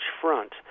Front